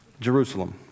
Jerusalem